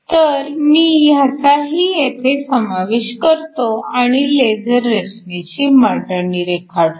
तर मी ह्याचाही येथे समावेश करतो आणि लेझर रचनेची मांडणी रेखाटतो